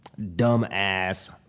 Dumbass